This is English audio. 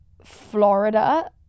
florida